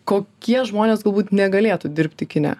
kokie žmonės galbūt negalėtų dirbti kine